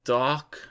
dark